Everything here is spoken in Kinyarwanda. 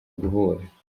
guhura